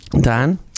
Dan